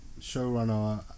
showrunner